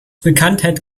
bekanntheit